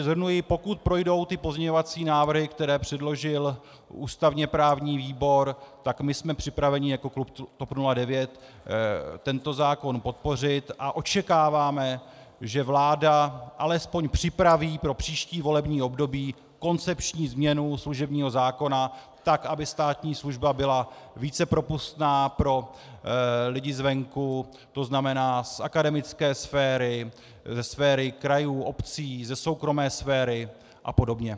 Shrnuji: Pokud projdou pozměňovací návrhy, které předložil ústavněprávní výbor, jsme připraveni jako klub TOP 09 tento zákon podpořit a očekáváme, že vláda alespoň připraví pro příští volební období koncepční změnu služebního zákona tak, aby státní služba byla více propustná pro lidi zvenku, to znamená z akademické sféry, ze sféry krajů, obcí, ze soukromé sféry a podobně.